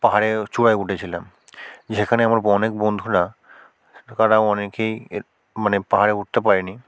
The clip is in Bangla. পাহাড়ে চূড়ায় উঠেছিলাম যেখানে আমার অনেক বন্ধুরা তারা অনেকেই মানে পাহাড়ে উঠতে পারে নি